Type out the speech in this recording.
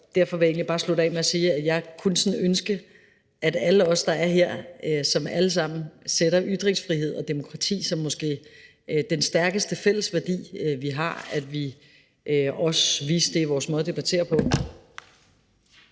Derfor vil jeg egentlig bare slutte af med at sige, at jeg sådan kunne ønske, at alle os, der er her, som alle sammen sætter ytringsfrihed og demokrati som den måske stærkeste fælles værdi, vi har, også viste det i vores måde at debattere på.